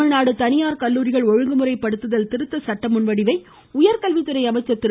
தமிழ்நாடு தனியார் கல்லூரிகள் ஒழுங்குமுறை படுத்துதல் திருத்த சட்ட முன்வடிவை உயர்கல்வித்துறை அமைச்சர் திரு